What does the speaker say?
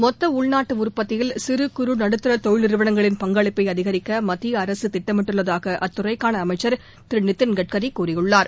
மொத்த உள்நாட்டு உற்பத்தியில் சிறு குறு நடுத்தர தொழில் நிறுவனங்களின் பங்களிப்பை அதிகரிக்க மத்திய அரசு திட்டமிட்டுள்ளதாக அத்துறைக்கான அமைச்சா் திரு நிதின் கட்கரி கூறியுள்ளார்